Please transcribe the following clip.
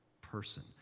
person